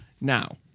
Now